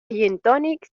gintonics